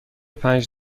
پنج